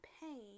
pain